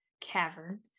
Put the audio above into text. cavern